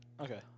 Okay